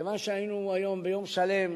כיוון שהיינו היום ביום שלם,